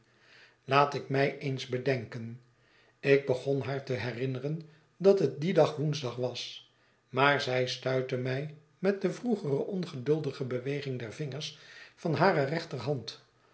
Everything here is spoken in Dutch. laat ikmij eensbedenken ik begon haar te herinneren dat het dien dag woensdag was maar zij stuitte mij met de vroegere ongeduldige beweging der vingers van hare rechterhand